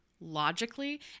Logically